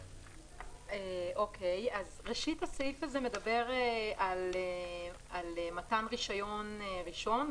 ראשית הסעיף הזה מדבר על מתן רישיון רישום.